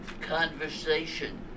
conversation